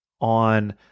on